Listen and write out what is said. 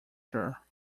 sure